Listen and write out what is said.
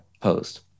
post